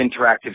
interactive